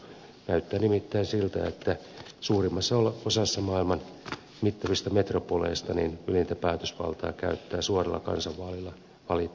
näyttää nimittäin siltä että suurimmassa osassa maailman mittavista metropoleista ylintä päätösvaltaa käyttää suoralla kansanvaalilla valittu seutuvaltuusto